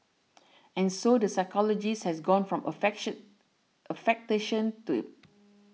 and so the psychologist has gone from affectation to